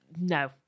no